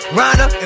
Rhonda